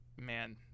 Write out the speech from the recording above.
man